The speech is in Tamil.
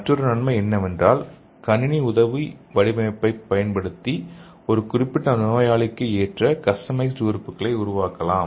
மற்றொரு நன்மை என்னவென்றால் கணினி உதவி வடிவமைப்பைப் பயன்படுத்தி ஒரு குறிப்பிட்ட நோயாளிக்கு ஏற்ற கஸ்டமைஸ்ட் உறுப்புகளை உருவாக்கலாம்